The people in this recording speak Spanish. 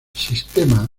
sistema